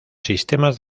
sistemas